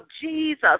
Jesus